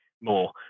more